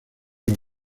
los